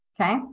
Okay